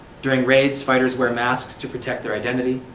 during raids, fighters wear masks to protect their identity,